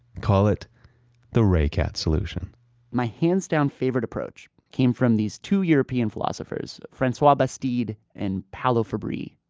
call it the ray cat solution my hands down favorite approach came from these two european philosophers, francois bastide and paolo fabbri.